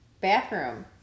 bathroom